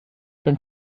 dank